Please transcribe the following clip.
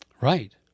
Right